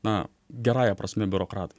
na gerąja prasme biurokratai